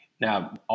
now